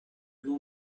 nom